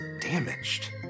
damaged